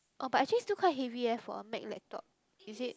oh but actually still heavy eh for a Mac laptop is it